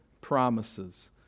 promises